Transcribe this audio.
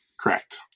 Correct